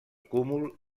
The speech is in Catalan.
cúmul